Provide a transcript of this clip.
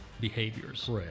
behaviors